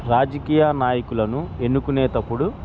రాజకీయ నాయకులను ఎన్నుకునేటప్పుడు